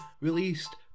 released